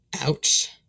Ouch